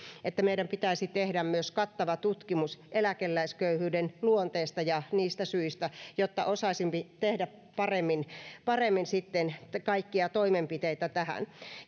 että meidän pitäisi tehdä myös kattava tutkimus eläkeläisköyhyyden luonteesta ja syistä jotta osaisimme tehdä paremmin paremmin kaikkia toimenpiteitä tähän